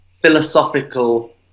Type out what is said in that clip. philosophical